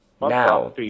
Now